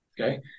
Okay